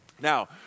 Now